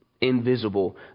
invisible